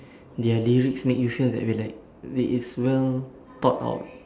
their lyrics make you feel that we're like it is well thought out